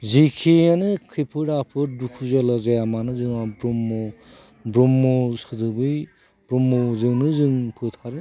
जेखियानो खैफोद आफोद दुखु जाल्ला जाया मानो जोंहा ब्रह्म सोदोबै ब्रह्मजोंनो जों फोथारो